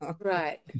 right